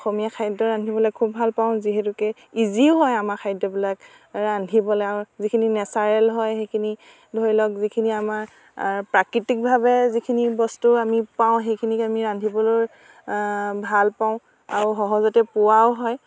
অসমীয়া খাদ্য় ৰান্ধিবলে খুব ভাল পাওঁ যিহেতুকে ইজিও হয় আমাৰ খাদ্য়বিলাক ৰান্ধিবলৈ আৰু যিখিনি নেচাৰেল হয় সেইখিনি ধৰি লওক যিখিনি আমাৰ প্ৰাকৃতিকভাৱে যিখিনি বস্তু আমি পাওঁ সেইখিনিক আমি ৰান্ধিবলৈ ভাল পাওঁ আৰু সহজতে পোৱাও হয়